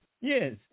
Yes